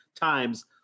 times